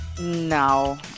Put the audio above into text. No